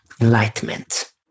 enlightenment